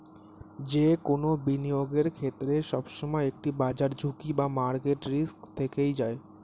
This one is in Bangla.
যে কোনো বিনিয়োগের ক্ষেত্রে, সবসময় একটি বাজার ঝুঁকি বা মার্কেট রিস্ক থেকেই যায়